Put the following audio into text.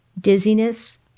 dizziness